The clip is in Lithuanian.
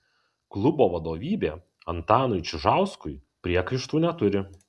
klubo vadovybė antanui čižauskui priekaištų neturi